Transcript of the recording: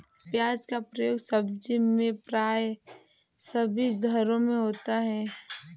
प्याज का प्रयोग सब्जी में प्राय सभी घरों में होता है